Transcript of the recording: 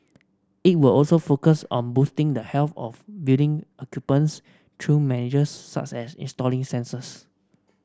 it will also focus on boosting the health of building occupants through measures such as installing sensors